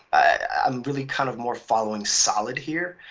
i'm really kind of more following solid here,